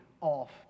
off